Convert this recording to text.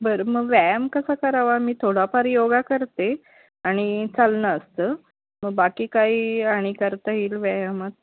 बरं मग व्यायाम कसा करावा मी थोडाफार योगा करते आणि चालण असतं मग बाकी काही आणि करता येईल व्यायामात